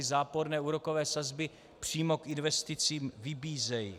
Záporné úrokové sazby přímo k investicím vybízejí.